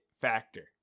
factor